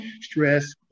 stress